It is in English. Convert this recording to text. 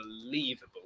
unbelievable